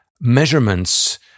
measurements